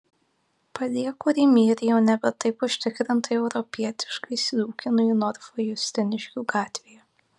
palieku rimi ir jau nebe taip užtikrintai europietiškai sliūkinu į norfą justiniškių gatvėje